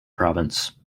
province